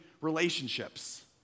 relationships